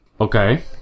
Okay